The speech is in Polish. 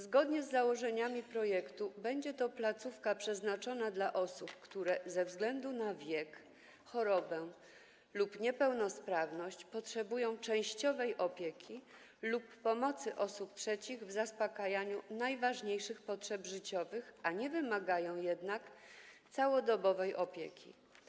Zgodnie z założeniami projektu będzie to placówka przeznaczona dla osób, które ze względu na wiek, chorobę lub niepełnosprawność potrzebują częściowej opieki lub pomocy osób trzecich w zaspokajaniu najważniejszych potrzeb życiowych, a nie wymagają jednak całodobowej opieki.